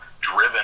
driven